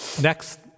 next